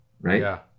Right